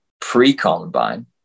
pre-Columbine